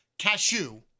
Cashew